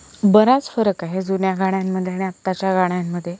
बराच फरक आहे जुन्या गाण्यांमध्ये आणि आत्ताच्या गाण्यांमध्ये